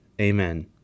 Amen